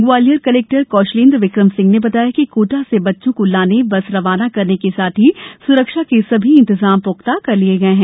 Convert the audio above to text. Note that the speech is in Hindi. ग्वालियर कलेक्टर कौशलेंद्र विक्रम सिंह ने बताया कि कोटा से बच्चों को लाने बस रवाना करने के साथ ही सुरक्षा के सभी इंतजाम पुख्ता किए गए हैं